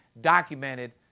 documented